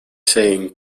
saying